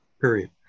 period